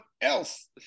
else